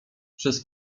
przez